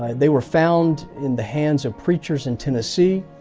and they were found in the hands of preachers in tennessee,